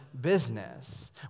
business